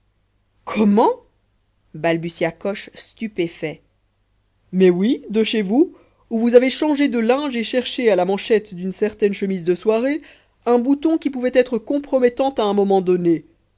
comment balbutia coche stupéfait mais oui de chez vous où avez changé de linge et cherché à la manchette d'une certaine chemise de soirée un bouton qui pouvait être compromettant à un moment donné